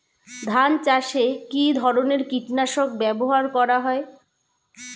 ধান চাষে কী ধরনের কীট নাশক ব্যাবহার করা হয়?